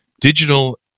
Digital